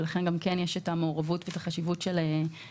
ולכן יש מעורבות וחשיבות של נציב שירות המדינה.